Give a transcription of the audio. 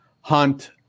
Hunt